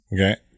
Okay